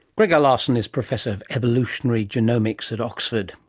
greger larson is professor of evolutionary genomics at oxford,